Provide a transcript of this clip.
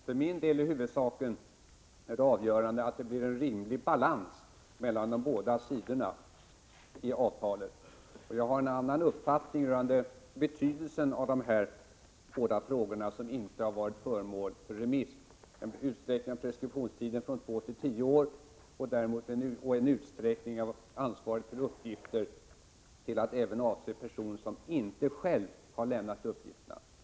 Herr talman! För min del är det avgörande att det blir en rimlig balans mellan de båda sidorna i avtalet. Jag har en annan uppfattning än utskottsmajoriteten rörande betydelsen av de här båda frågorna som inte har varit föremål för remiss — en utsträckning av preskriptionstiden från två till tio år och en utsträckning av ansvaret för uppgifter till att även avse person som inte själv har lämnat uppgifterna.